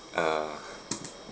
uh